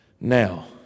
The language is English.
now